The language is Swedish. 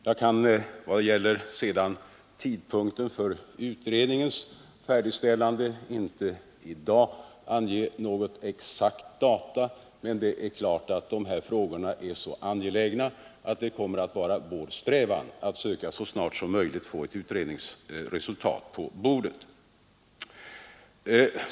Vad sedan gäller tidpunkten för utredningens färdigställande kan jag inte i dag ange något exakt datum, men det är klart att dessa frågor är så angelägna att det kommer att vara vår strävan att så snart som möjligt få ett utredningsresultat på bordet.